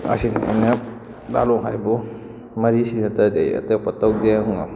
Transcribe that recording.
ꯑꯁꯤꯅꯤ ꯂꯥꯟꯂꯣꯡ ꯍꯥꯏꯕꯕꯨ ꯃꯔꯤꯁꯤ ꯅꯠꯇ꯭ꯔꯗꯤ ꯑꯩ ꯑꯇꯣꯞꯄ ꯇꯧꯗꯦ